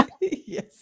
Yes